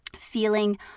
feeling